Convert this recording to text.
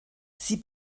sie